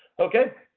okay.